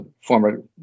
former